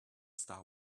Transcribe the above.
star